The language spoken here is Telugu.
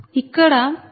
ఇక్కడ జనరేటర్ 0